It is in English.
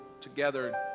together